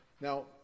Now